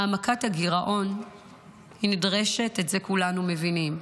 העמקת הגירעון נדרשת, את זה כולנו מבינים,